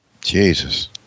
Jesus